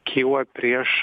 kyla prieš